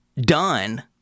done